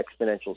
exponential